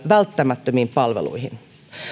välttämättömiin palveluihin